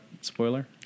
spoiler